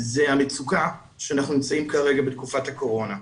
זאת המצוקה שאנחנו נמצאים כרגע בתקופת הקורונה.